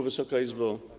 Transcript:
Wysoka Izbo!